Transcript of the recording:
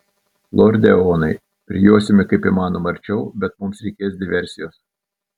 lorde eonai prijosime kaip įmanoma arčiau bet mums reikės diversijos